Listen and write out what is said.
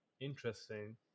Interesting